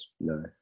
No